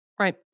Right